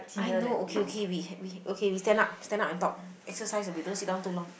I know okay okay we we okay we stand up stand up and talk exercise a bit don't sit down too long